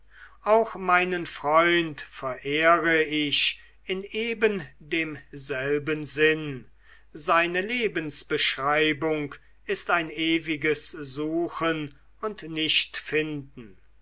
auch meinen freund verehre ich in ebendemselben sinn seine lebensbeschreibung ist ein ewiges suchen und nicht finden